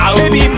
baby